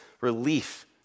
relief